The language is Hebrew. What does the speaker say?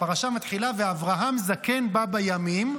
הפרשה מתחילה ב"ואברהם זקן בא בימים",